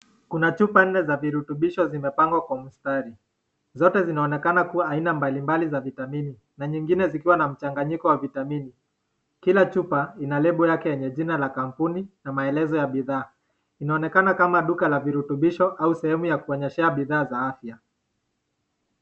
Kuna chupa nne za virutubisho zimepangwa kwa mstari. Zote zinaonekana kuwa aina mbalimbali za vitamini . Na nyingine zikiwa na mchanganyiko wa vitamini. Kila chupa ina lebo yake yenye jina ya kampuni na maelezo ya bidhaa. Inaonekana kama duka la virutubisho au sehemu ya kuonyeshea bidhaa za afya.